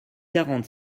quarante